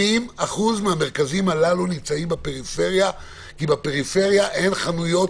80% מהמרכזים האלה נמצאים בפריפריה כי שם אין חנויות